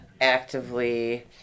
actively